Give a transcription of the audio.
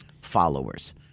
followers